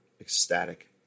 ecstatic